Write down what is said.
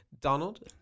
Donald